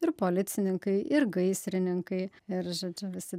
ir policininkai ir gaisrininkai ir žodžiu visi